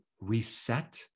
reset